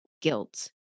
guilt